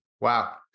Wow